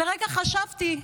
לרגע חשבתי,